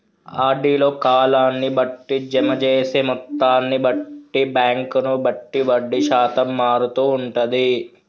RD లో కాలాన్ని బట్టి, జమ చేసే మొత్తాన్ని బట్టి, బ్యాంకును బట్టి వడ్డీ శాతం మారుతూ ఉంటది